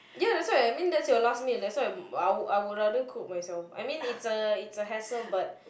ya that's why I mean that's your last meal that's why I would I would rather cook myself I mean it's a it's a hassle but